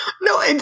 No